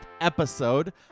episode